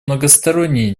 многосторонние